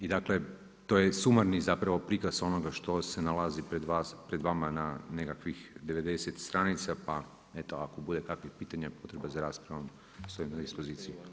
I dakle, to je sumarni prikaz onoga što se nalazi pred vama na nekakvih 90 str. pa eto, ako bude kakvih pitanja, potreba za raspravom, stojim na poziciji.